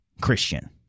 Christian